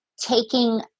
taking